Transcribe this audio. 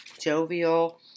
jovial